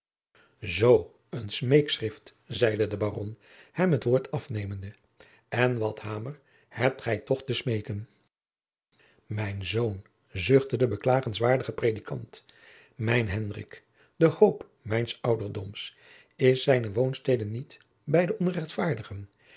zoo een smeekschrift zeide de baron hem het woord afnemende en wat hamer hebt gij toch te smeeken mijn zoon zuchtte de beklagenswaardige predikant mijn hendrik de hoop mijns ouderdoms is zijne woonstede niet bij de onrechtvaardigen